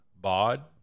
bod